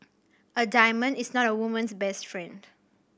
a diamond is not a woman's best friend